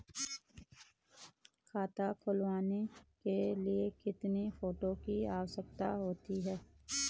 खाता खुलवाने के लिए कितने फोटो की आवश्यकता होती है?